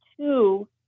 two